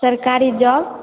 सरकारी जॉब